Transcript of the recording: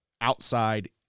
outside